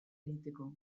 egiteko